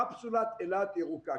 קפסולת אילת ירוקה.